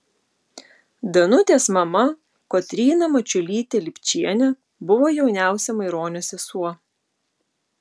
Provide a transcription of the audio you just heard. danutės mama kotryna mačiulytė lipčienė buvo jauniausia maironio sesuo